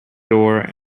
door